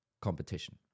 competition